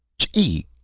chee!